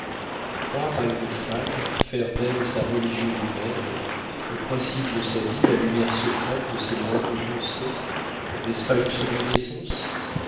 croire à une femme faire d'elle sa religion humaine le principe de sa vie la lumière secrète de ses moindres pensées n'est-ce pas une seconde naissance